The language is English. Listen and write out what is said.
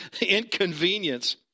inconvenience